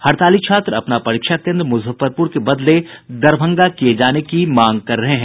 हड़ताली छात्र अपना परीक्षा केन्द्र मुजफ्फरपुर के बदले दरभंगा किये जाने की मांग कर रहे हैं